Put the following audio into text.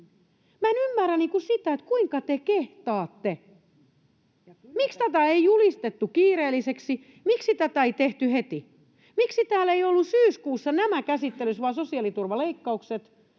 Ja kylläpä te kehtaatte!] Miksi tätä ei julistettu kiireelliseksi? Miksi tätä ei tehty heti? Miksi täällä ei ollut syyskuussa tämä käsittelyssä vaan sosiaaliturvaleikkaukset?